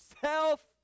self